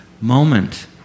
moment